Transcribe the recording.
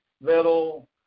little